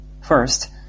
First